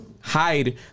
hide